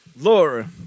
Laura